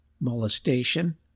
molestation